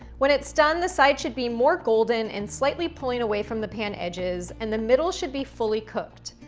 when it's done, the sides should be more golden and slightly pulling away from the pan edges, and the middle should be fully cooked.